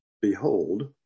Behold